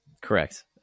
correct